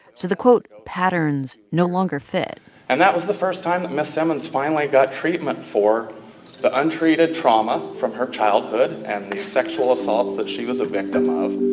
so the, quote, patterns no longer fit and that was the first time that ms. simmons finally got treatment for the untreated trauma from her childhood and the sexual assaults that she was a victim of.